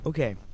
Okay